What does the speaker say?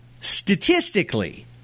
statistically